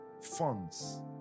funds